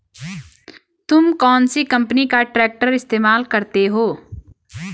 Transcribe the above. तुम कौनसी कंपनी का ट्रैक्टर इस्तेमाल करते हो?